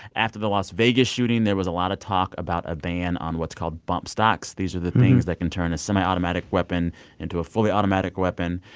after the las vegas shooting, there was a lot of talk about a ban on what's called bump stocks. these are the things that can turn a semi-automatic weapon into a fully automatic weapon.